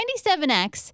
97X